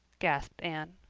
gasped anne.